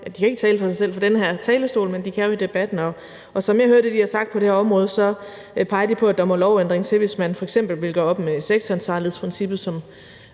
de kan ikke tale for sig selv fra den her talerstol, men det kan de jo i debatten. Og som jeg hører det, de har sagt på det her område, peger de på, at der må lovændring til, hvis man f.eks. vil gøre op med sektoransvarlighedsprincippet, som